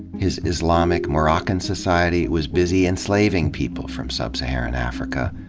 his islamic, moroccan society was busy enslaving people from sub-sarahan africa,